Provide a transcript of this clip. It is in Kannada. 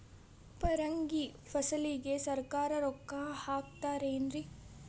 ಪರಂಗಿ ಫಸಲಿಗೆ ಸರಕಾರ ರೊಕ್ಕ ಹಾಕತಾರ ಏನ್ರಿ?